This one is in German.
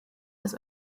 des